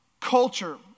culture